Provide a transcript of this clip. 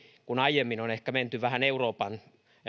kun aiemmin on ehkä menty vähän euroopan